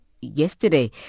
yesterday